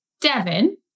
Devin